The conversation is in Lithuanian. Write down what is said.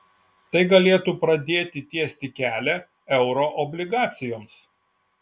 tai galėtų pradėti tiesti kelią euroobligacijoms